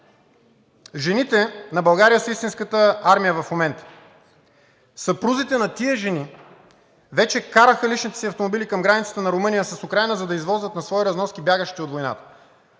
Жените на България са истинската армия в момента. Съпрузите на тези жени вече караха личните си автомобили към границата на Румъния с Украйна, за да извозват на свои разноски бягащите от войната.